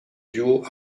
duo